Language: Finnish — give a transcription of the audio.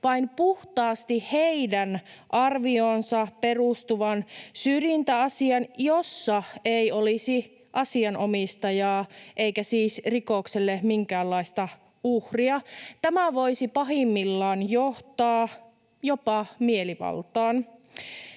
vain puhtaasti heidän arvioonsa perustuvan syrjintäasian, jossa ei olisi asianomistajaa eikä siis rikokselle minkäänlaista uhria. Tämä voisi pahimmillaan johtaa jopa mielivaltaan.